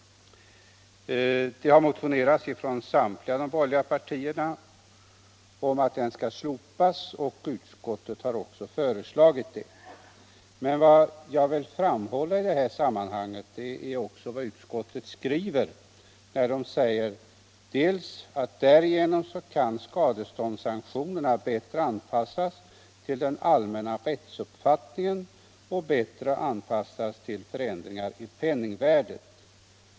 Samtliga borgerliga partier har motionerat om att den skall slopas, och utskottet har också föreslagit detta. Jag vill framhålla vad utskottet i det sammanhanget skriver, nämligen att ett slopande skulle innebära att skadeståndssanktionerna bättre kan anpassas till den allmänna rättsuppfattningen och till penningvärdet.